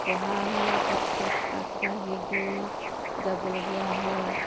পঢ়া শুনাৰ ক্ষেত্ৰত আগবাঢ়ি গৈ যাবলগীয়া হয়